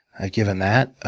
i've given that.